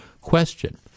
question